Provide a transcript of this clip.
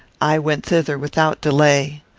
i went thither without delay.